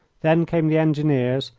then came the engineers,